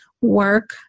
work